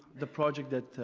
the project that,